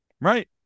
Right